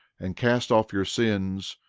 and cast off your sins,